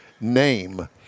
name